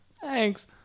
Thanks